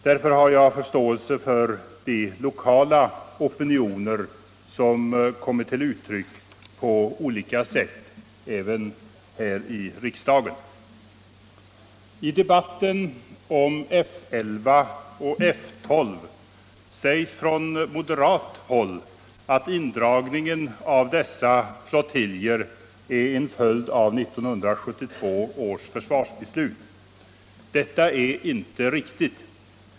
Därför har jag förståelse för de lokala opinioner som har kommit till uttryck på olika sätt, även här i riksdagen. I debatten om F 11 och F 12 sägs från moderat håll att indragningen av dessa flottiljer är en följd av 1972 års försvarsbeslut. Detta är inte riktigt.